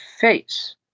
face